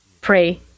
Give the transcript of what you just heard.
pray